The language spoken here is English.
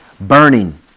burning